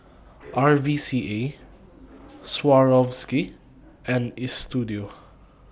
R V C A Swarovski and Istudio